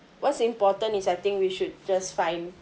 what's important is I think we should just find